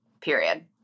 period